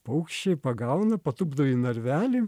paukščiai pagauna patupdo į narvelį